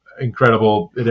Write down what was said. incredible